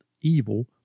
evil